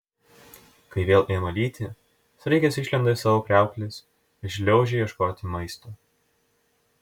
kai vėl ima lyti sraigės išlenda iš savo kriauklės ir šliaužia ieškoti maisto